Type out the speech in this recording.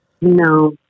No